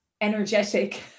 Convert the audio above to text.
energetic